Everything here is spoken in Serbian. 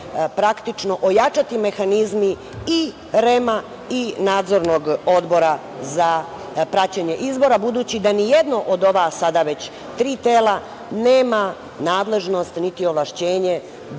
praktično ojačati mehanizmi i REM-a i Nadzornog odbora za praćenje izbora, budući da ni jedno od ova, sada već tri tela nema nadležnost niti ovlašćenje